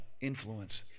influence